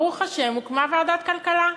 ברוך השם, הוקמה ועדת כלכלה.